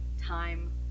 time